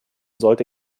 sollte